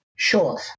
Sure